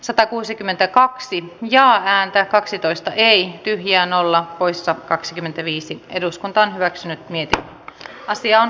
satakuusikymmentäkaksi ja ääntä kaksitoista ei jää nolla poissa kaksikymmentäviisi eduskunta on asian käsittely päättyi